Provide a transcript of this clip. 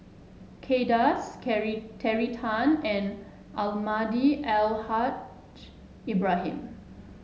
Kay Das Terry Tan and Almahdi Al Haj Ibrahim